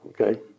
Okay